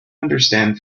understand